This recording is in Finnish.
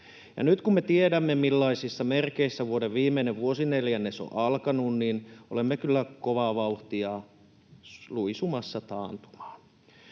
Nyt kun me tiedämme, millaisissa merkeissä vuoden viimeinen vuosineljännes on alkanut, niin olemme kyllä kovaa vauhtia luisumassa taantumaan.